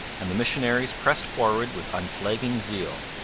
and the missionaries pressed forward with unflagging zeal.